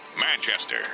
Manchester